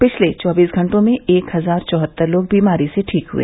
पिछले चौबीस घंटों में एक हजार चौहत्तर लोग बीमारी से ठीक हुए